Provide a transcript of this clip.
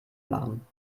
machen